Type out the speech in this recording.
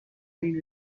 این